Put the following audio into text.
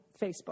facebook